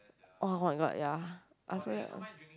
oh oh-my-god ya I also like